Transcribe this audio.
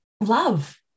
love